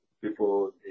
people